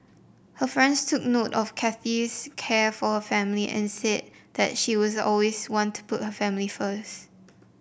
her friends took note of Kathy's care for her family and said that she was always want to put her family first